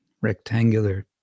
rectangular